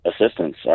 assistance